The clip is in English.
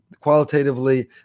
qualitatively